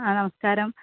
ആ നമസ്കാരം